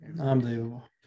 unbelievable